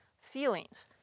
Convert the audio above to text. Feelings